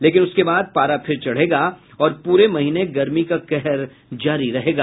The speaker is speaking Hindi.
लेकिन उसके बाद पारा फिर चढ़ेगा और पूरे महीने गर्मी का कहर जारी रहेगा